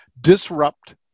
disrupt